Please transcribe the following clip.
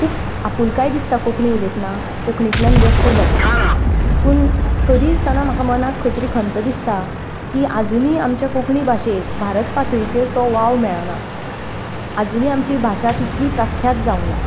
खूब आपुलकाय दिसता कोंकणी उलयतना कोंकणींतल्यान व्यक्त जातना पूण तरी आसतना म्हाका मनाक खंय तरी खंत दिसता की आजुनीय आमच्या कोंकणी भाशेक भारत पातळीचेर तो वाव मेळना